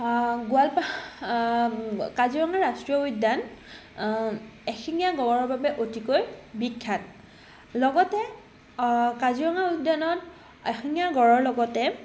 গোৱালপাৰা কাজিৰঙা ৰাষ্ট্ৰীয় উদ্যান এশিঙীয়া গঁড়ৰৰ বাবে অতিকৈ বিখ্যাত লগতে কাজিৰঙা উদ্যানত এশিঙীয়া গঁড়ৰৰ লগতে